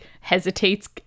hesitates